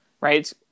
Right